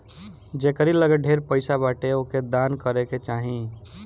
जेकरी लगे ढेर पईसा बाटे ओके दान करे के चाही